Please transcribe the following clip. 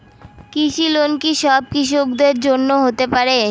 কৃষি লোন কি সব কৃষকদের জন্য হতে পারে?